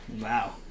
Wow